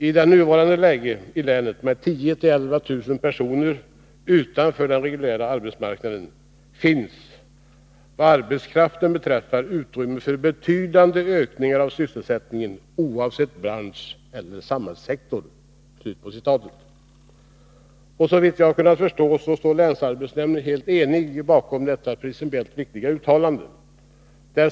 I nuvarande läge i länet med 10 000-11 000 personer utanför den reguljära arbetsmarknaden finns, vad arbetskraften beträffar, utrymme för betydande ökning av sysselsättningen oavsett bransch eller samhällssektor.” Såvitt jag har kunnat förstå står länsarbetsnämnden helt enig bakom detta principiellt viktiga uttalande.